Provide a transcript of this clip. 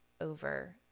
over